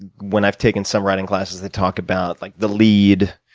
and when i've taken some writing classes that talk about like the lead,